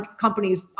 companies